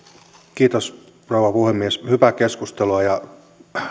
rouva puhemies hyvää keskustelua ja